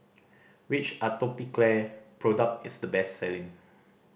which Atopiclair product is the best selling